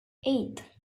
eight